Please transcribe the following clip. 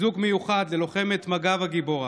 חיזוק מיוחד ללוחמת מג"ב הגיבורה